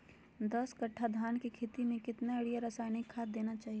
दस कट्टा धान की खेती में कितना यूरिया रासायनिक खाद देना चाहिए?